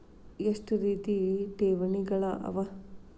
ಎಷ್ಟ ರೇತಿ ಠೇವಣಿಗಳ ಅವ?